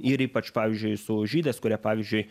ir ypač pavyzdžiui su žydais kurie pavyzdžiui